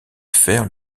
faire